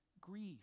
Grief